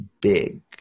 big